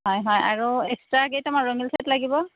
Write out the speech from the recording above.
হয় হয় আৰু এক্সট্ৰা কেইটামান ৰঙীন ছেট লাগিব